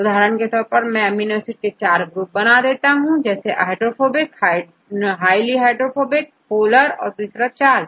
उदाहरण के तौर पर मैं अमीनो एसिड को चार ग्रुप में विभाजित करता हूं पहला हाइड्रोफोबिक दूसरा हाईली हाइड्रोफोबिक और तीसरा पोलर चौथा चार्ज